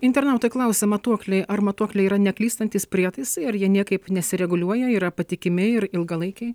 internautai klausia matuokliai ar matuokliai yra neklystantys prietaisai ar jie niekaip nesireguliuoja yra patikimi ir ilgalaikiai